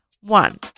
One